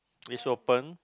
is open